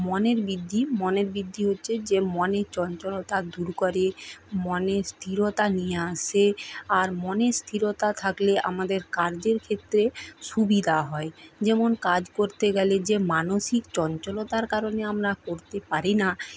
মনের বৃদ্ধি মনের বৃদ্ধি হচ্ছে যে মনের চঞ্চলতা দূর করে মনে স্থিরতা নিয়ে আসে আর মনে স্থিরতা থাকলে আমাদের কার্যের ক্ষেত্রে সুবিধা হয় যেমন কাজ করতে গেলে যে মানসিক চঞ্চলতার কারণে আমরা করতে পারি না